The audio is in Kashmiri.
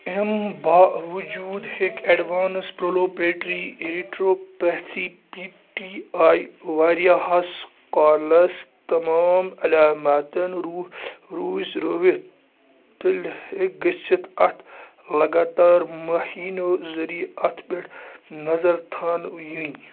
اَمہِ باوجوٗد ہٮ۪کہِ advance proliferative retinopathy P T I وارِیاہس کالَس تمام علامتن رو روس رٲوِتھ تیٛلہِ ہٮ۪کہِ گٔژھِتھ اَتھ لگاتار مٔہیٖنو ذٔرِیعہِ اتھ پٮ۪ٹھ نظر تھاونہٕ یِنۍ